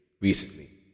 recently